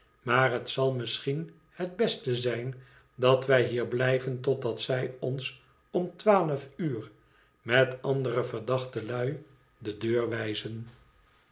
msiar het zal misschien het beste zijn dat wij hier blijven totdat zij ons om twaalf uur met andere verdachte lui de deur wijzen